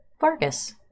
Vargas